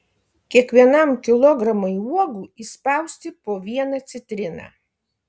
kiekvienam kilogramui uogų įspausti po vieną citriną